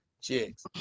chicks